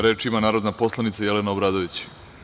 Reč ima narodna poslanica Jelena Obradović.